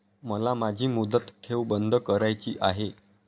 मला माझी मुदत ठेव बंद करायची आहे